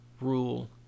rule